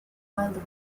wilder